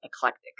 eclectic